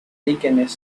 líquenes